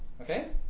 Okay